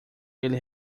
ele